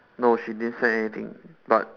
no she didn't say anything but